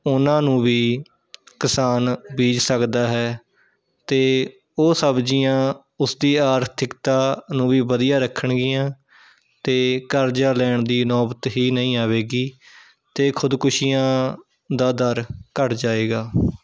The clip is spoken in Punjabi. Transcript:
ਉਹਨਾਂ ਨੂੰ ਵੀ ਕਿਸਾਨ ਬੀਜ ਸਕਦਾ ਹੈ ਅਤੇ ਉਹ ਸਬਜ਼ੀਆਂ ਉਸ ਦੀ ਆਰਥਿਕਤਾ ਨੂੰ ਵੀ ਵਧੀਆ ਰੱਖਣਗੀਆਂ ਅਤੇ ਕਰਜ਼ਾ ਲੈਣ ਦੀ ਨੌਬਤ ਹੀ ਨਹੀਂ ਆਵੇਗੀ ਅਤੇ ਖੁਦਕੁਸ਼ੀਆਂ ਦਾ ਦਰ ਘੱਟ ਜਾਏਗਾ